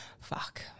Fuck